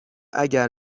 اگر